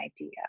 idea